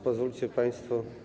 Pozwólcie państwo.